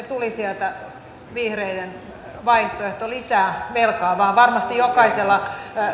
tuli sieltä vihreiden vaihtoehto lisää velkaa vain varmasti jokaisella